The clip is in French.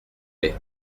lait